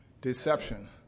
Deception